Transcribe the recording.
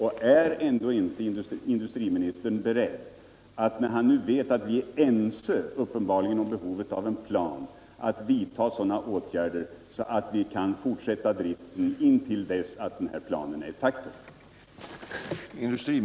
När industriministern nu är överens med oss om behovet av en plan, är han då inte beredd att vidta sådana åtgärder att driften kan fortsättas tills planen är ett faktum?